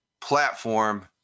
platform